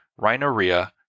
rhinorrhea